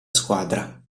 squadra